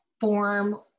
form